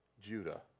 Judah